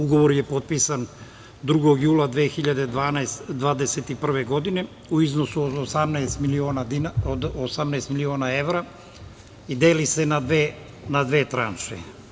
Ugovor je potpisan 2. jula 2021. godine u iznosu od 18 miliona evra i deli se na dve tranše.